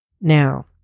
Now